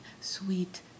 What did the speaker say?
Sweet